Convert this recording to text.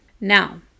Now